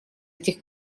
этих